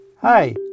Hi